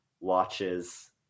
watches